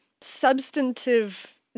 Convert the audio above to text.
substantive